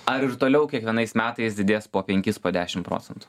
ar ir toliau kiekvienais metais didės po penkis po dešim procentų